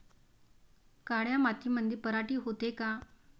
काळ्या मातीमंदी पराटी होते का?